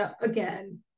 again